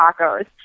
tacos